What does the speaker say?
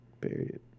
period